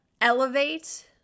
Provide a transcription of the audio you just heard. elevate